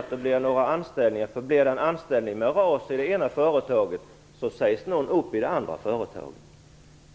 att det blir några anställningar. Blir det en anställning med RAS i det ena företaget, sägs någon upp i det andra företaget.